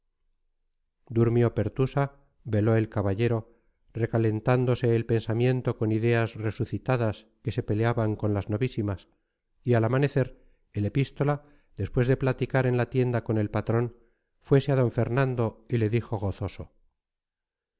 durmió pertusa veló el caballero recalentándose el pensamiento con ideas resucitadas que se peleaban con las novísimas y al amanecer el epístola después de platicar en la tienda con el patrón fuese a d fernando y le dijo gozoso